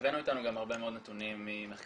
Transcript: הבאנו איתנו גם הרבה מאוד נתונים ממחקרים